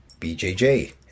BJJ